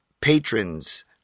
patrons